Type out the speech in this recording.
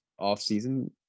offseason